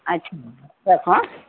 رکھوں